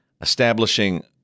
establishing